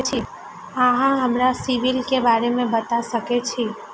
अहाँ हमरा सिबिल के बारे में बता सके छी?